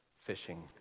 fishing